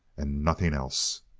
and nothing else.